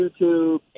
YouTube